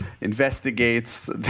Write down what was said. investigates